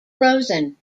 rosen